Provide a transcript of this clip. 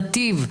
נתיב,